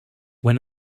when